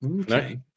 Okay